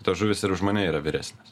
tos žuvys ir už mane yra vyresnės